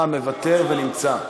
ומוותר,